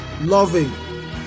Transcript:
loving